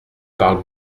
parle